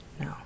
No